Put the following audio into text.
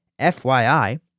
FYI